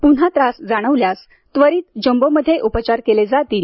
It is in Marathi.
पुन्हा त्रास जाणवल्यास त्वरीत जम्बोमध्ये उपचार केले जातील